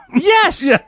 Yes